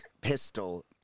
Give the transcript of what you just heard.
pistol